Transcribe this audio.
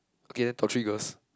okay then top three girls